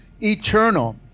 eternal